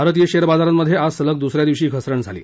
भारतीय शेअर बाजारांमधे आज सलग दुस या दिवशी घसरण झाली